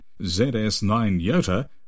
ZS9YOTA